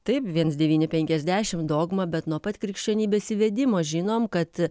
taip viens devyni penkiasdešim dogma bet nuo pat krikščionybės įvedimo žinom kad